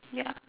ya